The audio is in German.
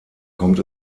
kommt